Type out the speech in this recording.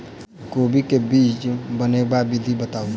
कोबी केँ बीज बनेबाक विधि बताऊ?